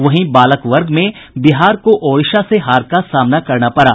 वहीं बालक वर्ग में बिहार को ओड़िशा से हार का सामना करना पड़ा